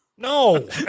No